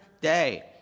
day